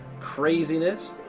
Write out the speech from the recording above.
craziness